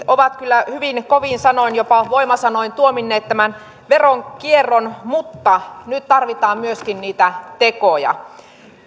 ovat kyllä hyvin kovin sanoin jopa voimasanoin tuominneet tämän veronkierron mutta nyt tarvitaan myöskin niitä tekoja